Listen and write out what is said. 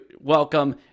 welcome